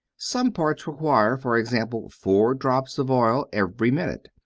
some parts require, for example, four drops of oil every minute,